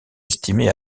estimée